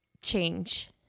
change